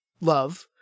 love